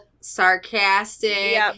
sarcastic